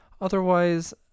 Otherwise